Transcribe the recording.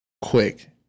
Quick